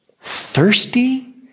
thirsty